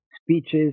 speeches